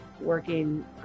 working